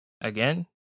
Again